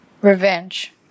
revenge